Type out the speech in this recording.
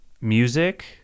music